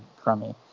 crummy